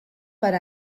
per